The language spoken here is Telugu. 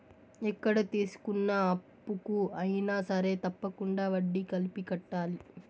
ఎక్కడ తీసుకున్న అప్పుకు అయినా సరే తప్పకుండా వడ్డీ కలిపి కట్టాలి